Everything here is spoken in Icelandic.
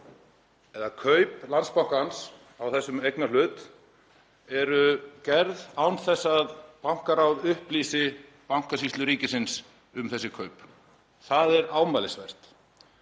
eða kaup Landsbankans á þessum eignarhlut eru gerð án þess að bankaráð upplýsi Bankasýslu ríkisins um þessi kaup. Það er ámælisvert,